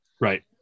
Right